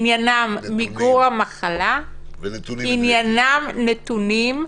עניינם מיגור המחלה, עניינם נתונים.